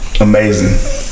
Amazing